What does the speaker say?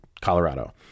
Colorado